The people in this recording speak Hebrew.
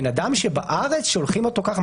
אדם שבארץ שולחים אותו ככה,